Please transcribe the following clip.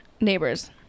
neighbors